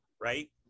right